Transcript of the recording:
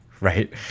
right